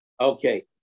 Okay